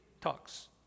talks